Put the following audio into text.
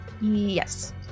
Yes